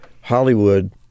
hollywood